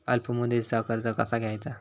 अल्प मुदतीचा कर्ज कसा घ्यायचा?